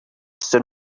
soon